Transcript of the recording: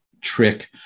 trick